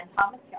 Thomas